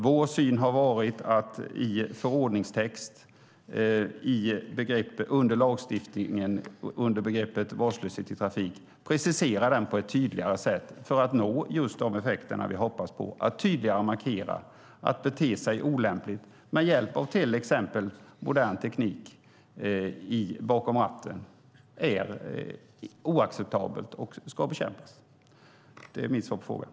Vår syn har varit att i förordningstext i lagstiftningen under begreppet "vårdslöshet" precisera den på ett tydligare sätt för att nå just de effekter vi hoppats på. Det ska tydligare markera att det är oacceptabelt att bete sig olämpligt med hjälp av till exempel modern teknik bakom ratten och att det ska bekämpas. Det är mitt svar på frågan.